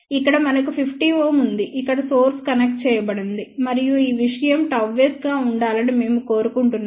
ఇక్కడ మనకు 50 Ω ఉంది ఇక్కడ సోర్స్ కనెక్ట్ చేయబడింది మరియు ఈ విషయం ΓS గా ఉండాలని మేము కోరుకుంటున్నాము